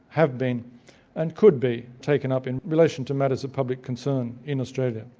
have been and could be, taken up in relation to matters of public concern in australia.